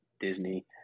Disney